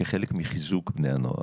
כחלק מחיזוק בני הנוער,